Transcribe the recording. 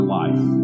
life